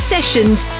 Sessions